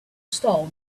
stone